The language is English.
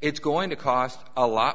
it's going to cost a lot